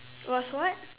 was what